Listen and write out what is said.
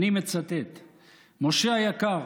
ואני מצטט: "משה היקר,